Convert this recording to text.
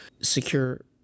secure